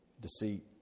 deceit